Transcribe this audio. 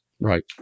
Right